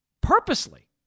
purposely